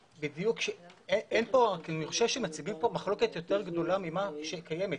אני חושב שמציגים פה מחלוקת יותר גדולה ממה שקיימת.